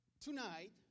tonight